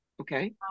Okay